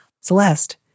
Celeste